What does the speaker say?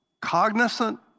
cognizant